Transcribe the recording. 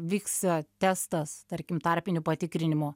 vyks testas tarkim tarpinių patikrinimų